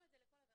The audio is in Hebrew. גם למנהל